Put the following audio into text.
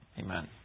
Amen